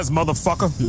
motherfucker